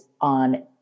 On